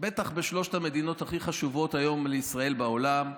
בטח משלוש המדינות הכי חשובות היום לישראל בעולם,